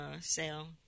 sale